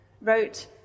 wrote